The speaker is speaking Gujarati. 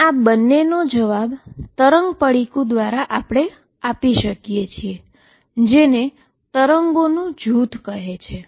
અને આ બંનેનો જવાબ વેવના ગ્રુપ દ્વારા આપી શકાય છે જેને ગ્રુપ ઓફ વેવ કહે છે